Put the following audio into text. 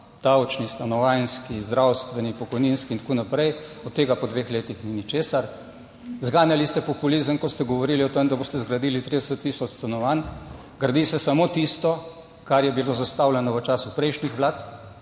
davčni, stanovanjski, zdravstveni, pokojninski in tako naprej, od tega po dveh letih ni ničesar. Zganjali ste populizem, ko ste govorili o tem, da boste zgradili 30 tisoč stanovanj, gradi se samo tisto, kar je bilo zastavljeno v času prejšnjih vlad,